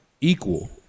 equal